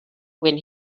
when